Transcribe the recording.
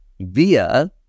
via